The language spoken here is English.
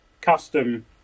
custom